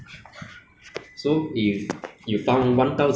so if there is nobody around I will definitely take it lah of course